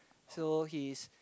so he's